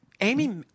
Amy